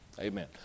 Amen